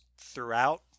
throughout